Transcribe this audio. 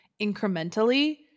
incrementally